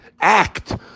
act